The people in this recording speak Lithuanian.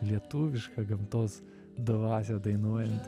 lietuvišką gamtos dvasią dainuojant